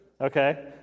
Okay